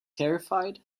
terrified